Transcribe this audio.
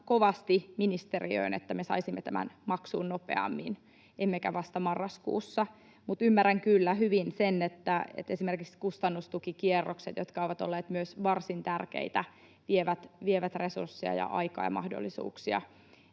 kovasti ministeriöön, että me saisimme tämän maksuun nopeammin emmekä vasta marraskuussa, mutta ymmärrän kyllä hyvin sen, että esimerkiksi kustannustukikierrokset, jotka ovat olleet myös varsin tärkeitä, vievät resursseja ja aikaa ja mahdollisuuksia